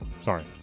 Sorry